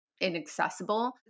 inaccessible